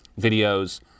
videos